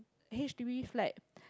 H_D_B flat